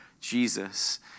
Jesus